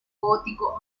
gótico